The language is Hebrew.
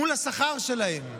מול השכר שלהם.